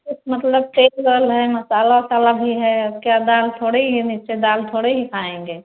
मतलब तेल उल है मसाला उसाला भी है अब क्या दाल थोड़े हमेशा दाल थोड़े ही खाएंगे